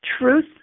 truth